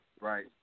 right